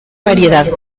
variedad